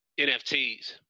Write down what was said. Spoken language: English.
NFTs